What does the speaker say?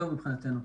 זהו, מבחינתנו.